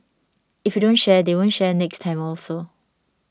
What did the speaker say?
if you don't share they won't share next time also